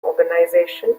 organization